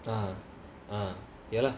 ah ah ya lah